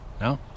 No